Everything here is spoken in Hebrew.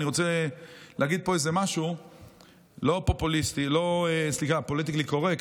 אני רוצה להגיד פה איזה משהו לא פוליטיקלי קורקט.